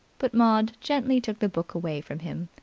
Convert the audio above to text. but maud gently took the book away from him.